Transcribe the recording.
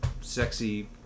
sexy